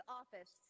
office